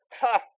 ha